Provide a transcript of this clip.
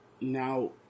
now